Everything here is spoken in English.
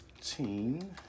teen